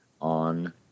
on